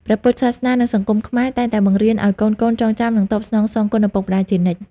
ព្រះពុទ្ធសាសនា និងសង្គមខ្មែរតែងតែបង្រៀនឲ្យកូនៗចងចាំ និងតបស្នងសងគុណឪពុកម្តាយជានិច្ច។